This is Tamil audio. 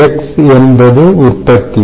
X என்பது உற்பத்தி